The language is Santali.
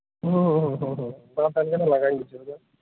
ᱦᱮᱸ ᱦᱮᱸ ᱵᱟᱨᱫᱷᱟᱣᱜᱟᱱ ᱞᱟᱸᱜᱟᱧ ᱵᱩᱡᱷᱟᱹᱣᱮᱫᱟ